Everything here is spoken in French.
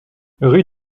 rue